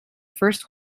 first